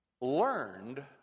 learned